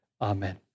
Amen